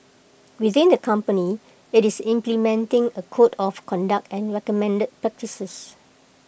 within the company IT is implementing A code of conduct and recommended practices